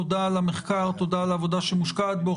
תודה על המחקר, תודה על העבודה שמושקעת בו.